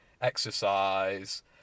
exercise